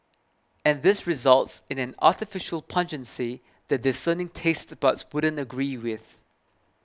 and this results in an artificial pungency that discerning taste buds wouldn't agree with